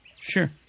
Sure